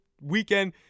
weekend